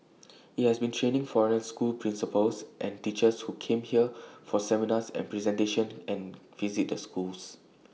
IT has been training foreign school principals and teachers who came here for seminars and presentations and visit the schools